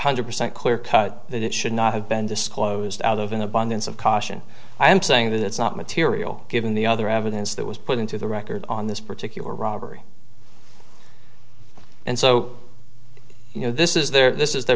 hundred percent clear cut that it should not have been disclosed out of an abundance of caution i am saying that it's not material given the other evidence that was put into the record on this particular robbery and so you know this is their this is their